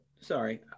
sorry